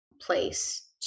place